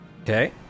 Okay